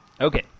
Okay